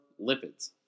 lipids